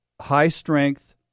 high-strength